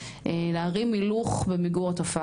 צריך לזכור משרד הרווחה גם כמובן באמצעות המסגרות וגורמי הטיפול